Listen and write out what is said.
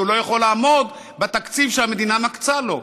כי הוא לא יכול לעמוד בתקציב שהמדינה מקצה לו.